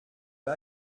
des